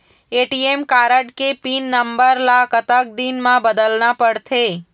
ATM card के pin number ला कतक दिन म बदलना पड़थे?